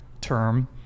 term